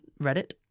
Reddit